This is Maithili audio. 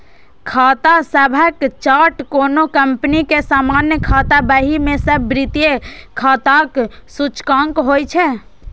खाता सभक चार्ट कोनो कंपनी के सामान्य खाता बही मे सब वित्तीय खाताक सूचकांक होइ छै